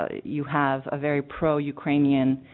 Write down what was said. ah you have a very pro ukrainian